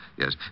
yes